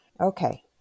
Okay